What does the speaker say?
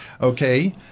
Okay